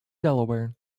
delaware